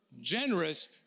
Generous